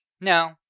no